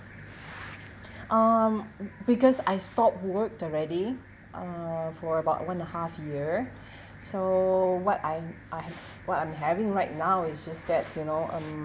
um because I stopped work already uh for about one and a half year so what I'm I'm what I'm having right now is just that you know um